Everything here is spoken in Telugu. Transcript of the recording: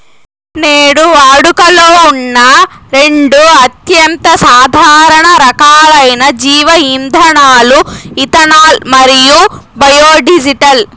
నేడు వాడుకలో ఉన్న రెండు అత్యంత సాధారణ రకాలైన జీవ ఇంధనాలు ఇథనాల్ మరియు బయోడీజిల్